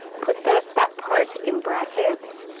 put that that part in brackets.